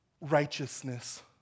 righteousness